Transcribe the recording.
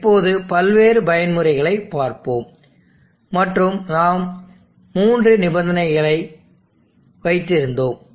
இப்போது பல்வேறு பயன்முறையைப் பார்ப்போம் மற்றும் நாம் 3 நிபந்தனை அறிக்கைகளை வைத்திருந்தோம்